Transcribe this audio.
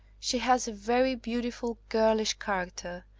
she has a very beautiful girlish character.